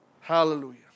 Hallelujah